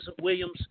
Williams